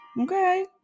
okay